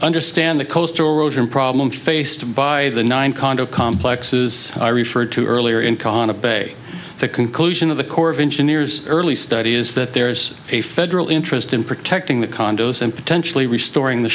understand the coastal erosion problem faced by the nine condo complex is referred to earlier in qana bay the conclusion of the corps of engineers early study is that there's a federal interest in protecting the condos and potentially restoring the